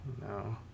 no